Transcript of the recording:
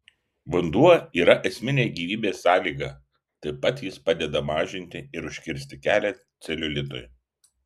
vanduo yra esminė gyvybės sąlyga taip pat jis padeda mažinti ir užkirsti kelią celiulitui